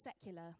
secular